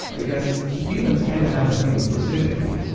because humans kinda have a thing for symmetry.